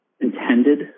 intended